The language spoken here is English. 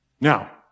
Now